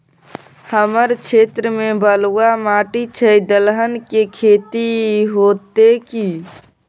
हमर क्षेत्र में बलुआ माटी छै, दलहन के खेती होतै कि?